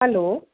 hello